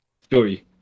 story